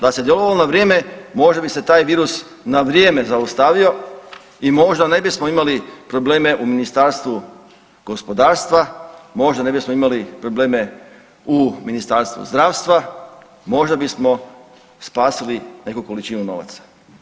Da se djelovalo na vrijeme možda bi se taj virus na vrijeme zaustavio i možda ne bismo imali probleme u Ministarstvu gospodarstva, možda ne bismo imali probleme u Ministarstvu zdravstva, možda bismo spasili neku količinu novaca.